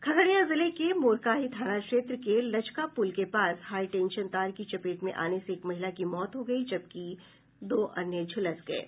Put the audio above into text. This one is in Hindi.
खगड़िया जिले के मोरकाही थाना क्षेत्र के लचकापुल के पास हाईटेंशन तार की चपेट में आने से एक महिला की मौत हो गयी जबकि दो अन्य झुलस गये